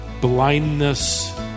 blindness